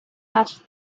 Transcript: asked